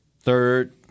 Third